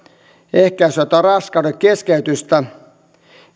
ehkäisyä tai raskaudenkeskeytystä